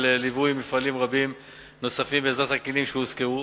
ליווי מפעלים רבים נוספים בעזרת הכלים שהוזכרו.